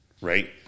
right